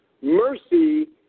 Mercy